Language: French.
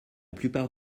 plupart